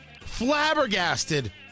flabbergasted